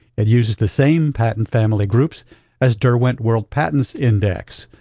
it uses the same patent family groups as derwent world patents index,